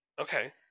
Okay